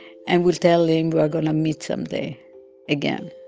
and we'll tell him we are going to meet someday again.